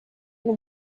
and